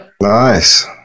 Nice